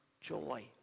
joy